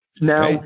Now